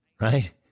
right